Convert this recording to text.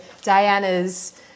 Diana's